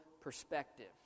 perspective